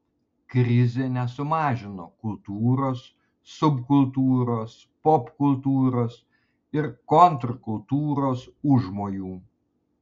krizė nesumažino kultūros subkultūros popkultūros ir kontrkultūros užmojų